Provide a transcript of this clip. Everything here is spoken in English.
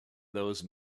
those